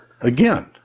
Again